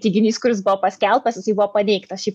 teiginys kuris buvo paskelbtas jisai buvo paneigtas šiaip